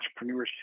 entrepreneurship